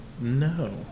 No